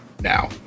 now